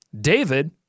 David